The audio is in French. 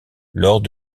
lors